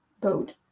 boat